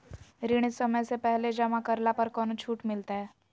ऋण समय से पहले जमा करला पर कौनो छुट मिलतैय?